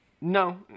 No